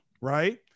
right